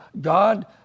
God